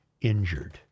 injured